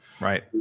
Right